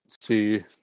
see